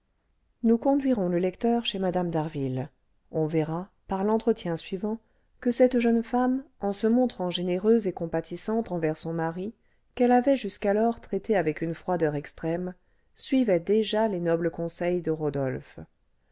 nous conduirons le lecteur chez mme d'harville on verra par l'entretien suivant que cette jeune femme en se montrant généreuse et compatissante envers son mari qu'elle avait jusqu'alors traité avec une froideur extrême suivait déjà les nobles conseils de rodolphe